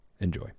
Enjoy